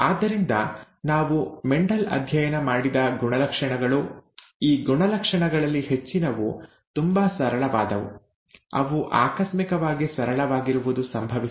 ಆದ್ದರಿಂದ ಇವು ಮೆಂಡೆಲ್ ಅಧ್ಯಯನ ಮಾಡಿದ ಗುಣಲಕ್ಷಣಗಳು ಈ ಗುಣಲಕ್ಷಣಗಳಲ್ಲಿ ಹೆಚ್ಚಿನವು ತುಂಬಾ ಸರಳವಾದವು ಅವು ಆಕಸ್ಮಿಕವಾಗಿ ಸರಳವಾಗಿರುವುದು ಸಂಭವಿಸಿದೆ